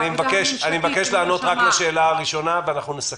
אני מבקש לענות רק לשאלה הראשונה ואנחנו נסכם.